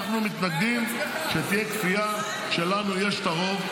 אנחנו מתנגדים כשלנו יש את הרוב,